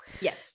Yes